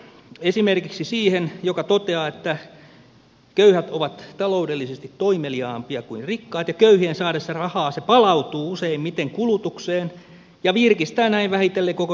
esimerkiksi siihen joka toteaa että köyhät ovat taloudellisesti toimeliaampia kuin rikkaat ja köyhien saadessa rahaa se palautuu useimmiten kulutukseen ja virkistää näin vähitellen koko yhteiskunnan taloutta